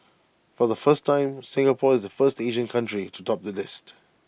for the first time Singapore is the first Asian country to top the list